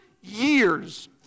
years